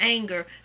anger